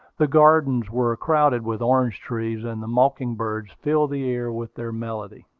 the gardens were crowded with orange-trees, and the mocking-birds filled the air with their melody.